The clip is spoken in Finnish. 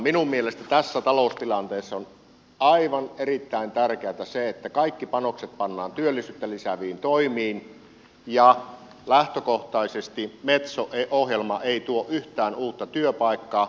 minun mielestäni tässä taloustilanteessa on erittäin tärkeätä se että kaikki panokset pannaan työllisyyttä lisääviin toimiin ja lähtökohtaisesti metso ohjelma ei tuo yhtään uutta työpaikkaa